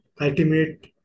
ultimate